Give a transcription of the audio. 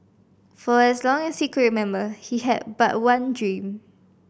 for as long as he could remember he had but one dream